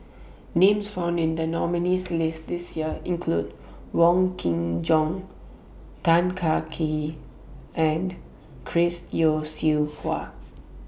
Names found in The nominees' list This Year include Wong Kin Jong Tan Kah Kee and Chris Yeo Siew Hua